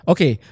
Okay